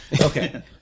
Okay